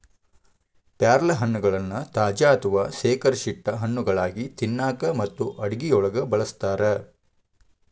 ಪ್ಯಾರಲಹಣ್ಣಗಳನ್ನ ತಾಜಾ ಅಥವಾ ಶೇಖರಿಸಿಟ್ಟ ಹಣ್ಣುಗಳಾಗಿ ತಿನ್ನಾಕ ಮತ್ತು ಅಡುಗೆಯೊಳಗ ಬಳಸ್ತಾರ